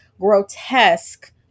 grotesque